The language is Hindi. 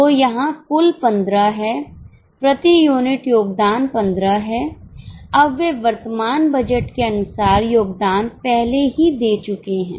तो यहाँ कुल 15 है प्रति यूनिट योगदान 15 है अब वे वर्तमान बजट के अनुसार योगदान पहले ही दे चुके हैं